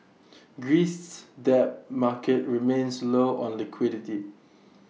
Greece's debt market remains low on liquidity